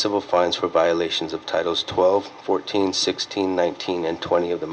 civil fines for violations of typos twelve fourteen sixteen nineteen and twenty of the